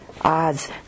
odds